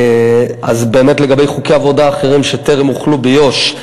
לגבי חוקי עבודה אחרים שטרם הוחלו ביו"ש,